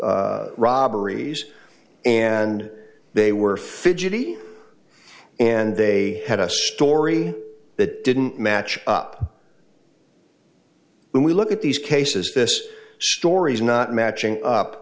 robberies and they were fidgety and they had a story that didn't match up when we look at these cases this story's not matching up